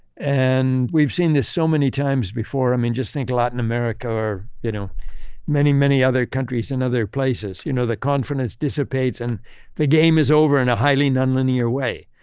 and we've seen this so many times before. i mean, just think of latin america or you know many, many other countries in other places. you know, the confidence dissipates and the game is over in a highly nonlinear way.